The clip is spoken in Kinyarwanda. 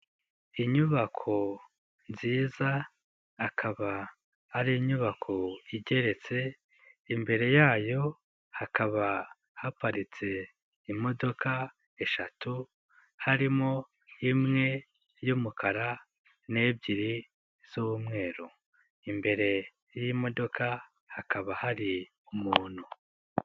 Inyubako nziza akaba ari inyubako igeretse. Imbere yayo hakaba haparitse imodoka eshatu. Harimo imwe y'umukara n'ebyiri z'umweru. Imbere y'imodoka hakaba hari umuntu.